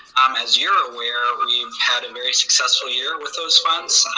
um as you're aware, we've had a very successful year with those funds,